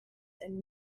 and